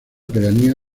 pedanía